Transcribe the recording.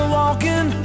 walking